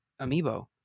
Amiibo